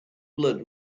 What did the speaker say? blood